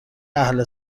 اهل